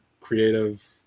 creative